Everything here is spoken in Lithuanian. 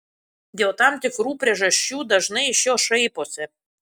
dėl tam tikrų priežasčių dažnai iš jos šaiposi